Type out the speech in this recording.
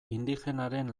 indigenaren